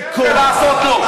בכוח,